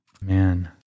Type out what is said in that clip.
man